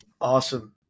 Awesome